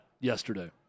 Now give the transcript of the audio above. yesterday